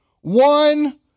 one